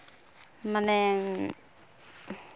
ᱢᱟᱱᱮ